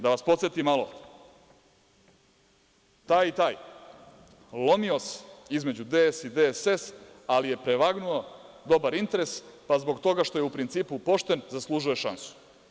Da vas podsetim malo - taj i taj lomio se između DS i DSS, ali je prevagnuo dobar interes, pa zbog toga što je, u principu, pošten, zaslužuje šansu.